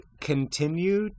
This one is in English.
continue